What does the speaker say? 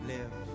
Live